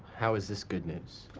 how is this good news?